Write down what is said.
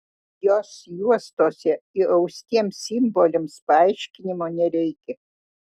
jos juostose įaustiems simboliams paaiškinimo nereikia